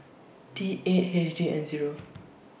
T eight H D N Zero